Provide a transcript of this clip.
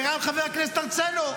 חבר הכנסת הַרצֵנו,